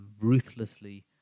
Ruthlessly